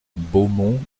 beaumont